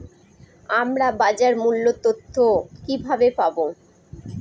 আমরা বাজার মূল্য তথ্য কিবাবে পাবো?